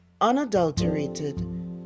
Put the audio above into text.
unadulterated